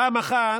פעם אחת,